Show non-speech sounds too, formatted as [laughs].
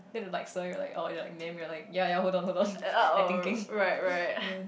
then they like sorry oh then we are like ya ya hold on hold on [laughs] like thinking [laughs] ya